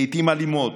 לעיתים אלימות.